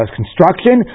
construction